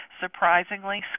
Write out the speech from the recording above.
surprisingly